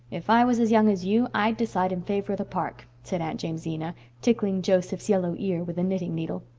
if i was as young as you, i'd decide in favor of the park, said aunt jamesina, tickling joseph's yellow ear with a knitting needle.